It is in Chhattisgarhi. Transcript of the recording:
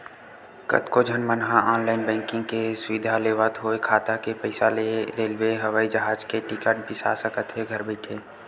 कतको झन मन ह ऑनलाईन बैंकिंग के सुबिधा लेवत होय खाता के पइसा ले रेलवे, हवई जहाज के टिकट बिसा सकत हे घर बइठे